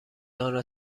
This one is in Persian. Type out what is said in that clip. آنرا